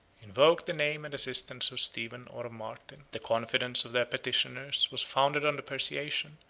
invoked the name and assistance of stephen or of martin. the confidence of their petitioners was founded on the persuasion,